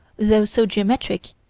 though so geometric,